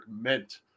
meant